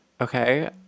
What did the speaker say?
Okay